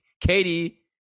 Katie